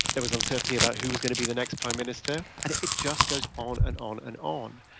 there was uncertainty about who was going to be the next prime minister. and it it just goes on and on and on.